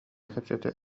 кэпсэтэ